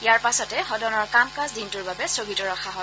ইয়াৰ পিছতে সদনৰ কাম কাজ দিনটোৰ বাবে স্থগিত ৰখা হয়